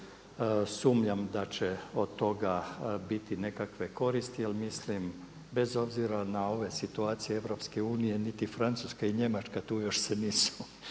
sumnjam da će od toga biti nekakve koristi jer mislim bez obzira na ove situacije Europske Unije niti Francuska i Njemačka tu još se nisu